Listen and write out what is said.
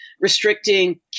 restricting